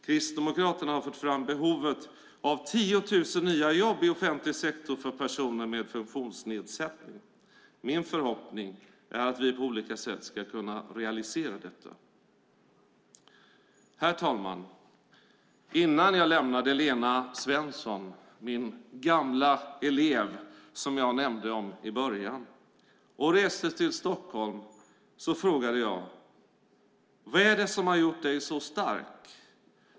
Kristdemokraterna har fört fram behovet av 10 000 nya jobb i offentlig sektor för personer med funktionsnedsättning. Min förhoppning är att vi på olika sätt ska kunna realisera detta. Herr talman! Innan jag lämnade Lena Svensson, min "gamla" elev som jag nämnde i början, och reste till Stockholm frågade jag: Vad är det som har gjort dig så stark?